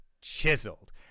chiseled